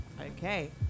Okay